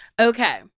Okay